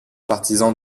partisan